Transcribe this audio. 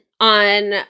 on